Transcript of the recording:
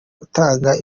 gutanga